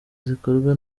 zikorwa